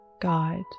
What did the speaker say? guide